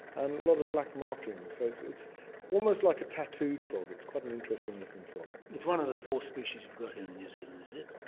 and a lot of black markings. so it's it's almost like a tattooed frog, it's quite an interesting looking frog. it's one of the four species you've got here in new zealand, is it?